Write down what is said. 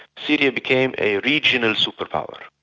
syria became a regional superpower,